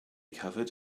covered